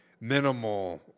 minimal